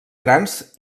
grans